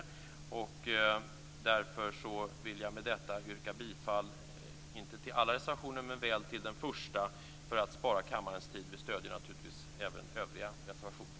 Mot den bakgrunden yrkar jag bifall inte till alla reservationer men väl till reservation 1; detta för att spara kammarens tid. Naturligtvis stöder vi även övriga reservationer.